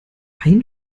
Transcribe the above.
ein